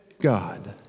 God